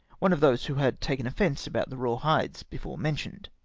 one of those who had taken offence about the raw hides before mentioned!